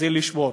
זה לשבור.